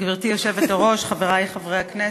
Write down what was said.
גברתי היושבת-ראש, חברי חברי הכנסת,